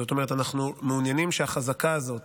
זאת אומרת, אנחנו מעוניינים שהחזקה הזאת,